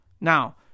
Now